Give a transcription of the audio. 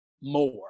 more